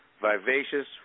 vivacious